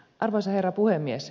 arvoisa herra puhemies